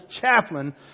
chaplain